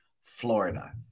Florida